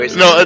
no